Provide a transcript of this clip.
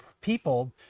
people